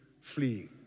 fleeing